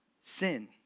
sin